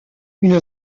une